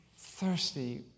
thirsty